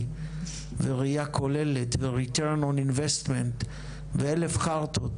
וראייה כוללת ו- return of investmentו אלף חארטות,